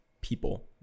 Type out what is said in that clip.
people